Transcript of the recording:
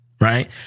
right